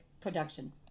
production